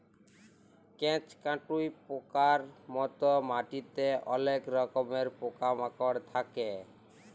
কেঁচ, কাটুই পকার মত মাটিতে অলেক রকমের পকা মাকড় থাক্যে